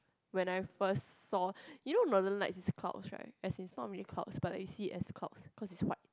when I first saw you know northern light is clouds right as is not really clouds but I see as clouds because it's white